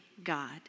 God